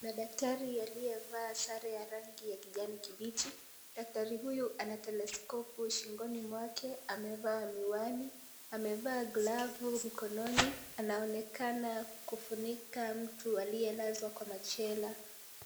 Daktari , aliyevaa sare ya rangi ya kijani kibichi . Daktari huyu ana telescopu shingoni mwake . Daktari huyu amevaa miwani, glavu na anaonekana kufunika mtu aliyelazwa kwa machela .